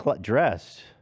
dressed